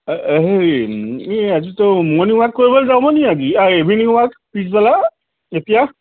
হেৰি আজিতো morning walk কৰিবলৈ যাব নি আজি এই ইভিনিং ৱাক পিছবেলা এতিয়া